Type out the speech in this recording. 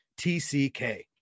TCK